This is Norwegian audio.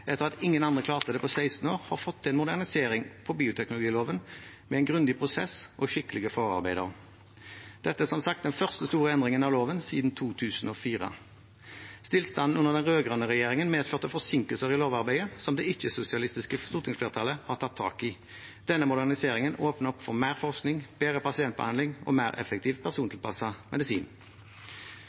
etter at ingen andre klarte det på 16 år, har fått til en modernisering av bioteknologiloven med en grundig prosess og skikkelige forarbeider. Dette er, som sagt, den første store endringen av loven siden 2004. Stillstanden under den rød-grønne regjeringen medførte forsinkelser i lovarbeidet som det ikke-sosialistiske stortingsflertallet har tatt tak i. Denne moderniseringen åpner opp for mer forskning, bedre pasientbehandling og mer effektiv persontilpasset medisin.